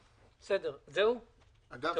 בסדר-היום,